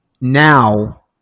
now